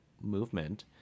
movement